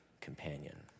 companion